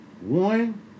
One